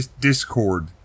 Discord